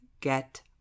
get